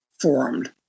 formed